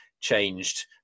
changed